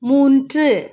மூன்று